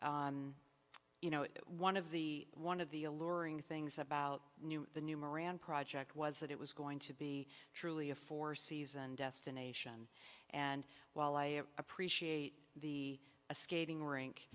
are you know one of the one of the alluring things about the new moran project was that it was going to be truly a four season destination and while i appreciate the a skating rink